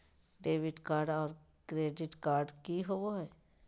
Debit card और credit card की होवे हय?